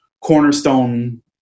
Cornerstone